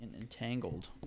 entangled